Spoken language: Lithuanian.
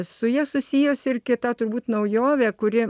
su ja susijusi ir kita turbūt naujovė kuri